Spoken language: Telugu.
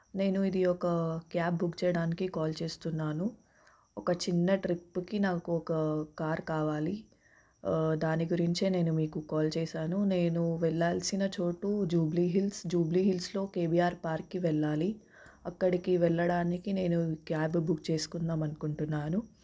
నేను ఇది ఒక క్యాబ్ బుక్ చేయడానికి కాల్ చేస్తున్నాను ఒక చిన్న ట్రిప్పుకి నాకు ఒక కార్ కావాలి దాని గురించే నేను మీకు కాల్ చేశాను నేను వెళ్ళాల్సిన చోటు జూబ్లీహిల్స్ జూబ్లీహిల్స్ లో కేబీఆర్ పార్క్ కి వెళ్ళాలి అక్కడికి వెళ్ళడానికి నేను క్యాబ్ బుక్ చేసుకుందాం అని అనుకుంటున్నాను